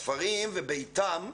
הספרים וביתם,